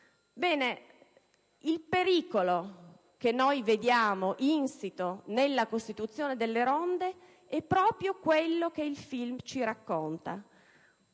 vera. Il pericolo che noi vediamo insito nella costituzione delle ronde è proprio quello che il film ci racconta: